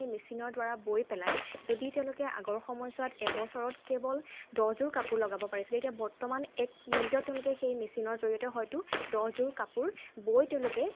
সেই মেচিনৰদ্বাৰা বৈ পেলাই যদি তেওঁলোকে আগৰ সময়ছোৱাত এবছৰত কেৱল দহযোৰ কাপোৰ লগাব পাৰিছিলে এতিয়া বৰ্তমান এক মিনিটত তেওঁলোকে সেই মেচিনৰ জৰিয়তে হয়তো দহযোৰ কাপোৰ বৈ তেওঁলোকে